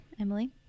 Emily